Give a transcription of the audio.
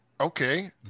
Okay